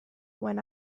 when